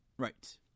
Right